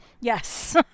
Yes